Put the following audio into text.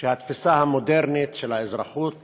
התפיסה המודרנית של האזרחות